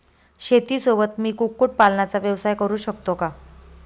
शेतीसोबत मी कुक्कुटपालनाचा व्यवसाय करु शकतो का?